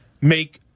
make